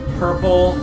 purple